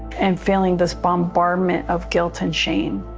and failing this bombardment of guilt and shame.